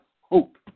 hope